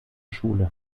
schule